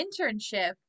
internship